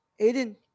Aiden